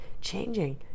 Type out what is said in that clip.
changing